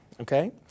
Okay